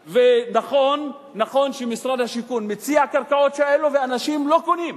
נכון שמשרד השיכון מציע את קרקעות האלו ואנשים לא קונים,